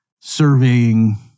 surveying